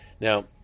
now